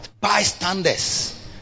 bystanders